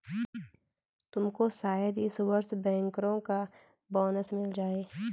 तुमको शायद इस वर्ष बैंकरों का बोनस मिल जाए